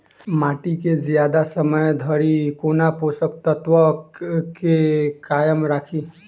माटि केँ जियादा समय धरि कोना पोसक तत्वक केँ कायम राखि?